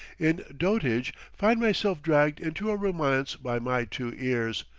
in dotage find myself dragged into a romance by my two ears,